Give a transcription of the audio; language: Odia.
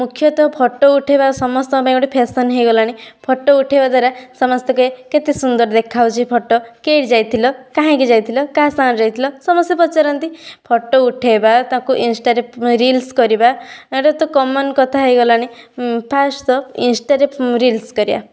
ମୁଖ୍ୟତଃ ଫଟୋ ଉଠାଇବା ସମସ୍ତଙ୍କ ପାଇଁ ଗୋଟେ ଫ୍ୟାସନ ହେଇଗଲାଣି ଫଟୋ ଉଠାଇବା ଦ୍ଵାରା ସମସ୍ତେ କହିବେ କେତେ ସୁନ୍ଦର ଦେଖା ଯାଉଛି ଫଟୋ କେର ଯାଇଥିଲ କାହିଁକି ଯାଇଥିଲ କାହା ସାଙ୍ଗରେ ଯାଇଥିଲ ସମସ୍ତେ ପଚାରନ୍ତି ଫଟୋ ଉଠାଇବା ତାକୁ ଇନଷ୍ଟାରେ ରିଲ୍ସ କରିବା ଏରା ତ କମନ କଥା ହେଇଗଲାଣି ଫାଷ୍ଟ ତ ଇନଷ୍ଟାରେ ରିଲ୍ସ କରିବା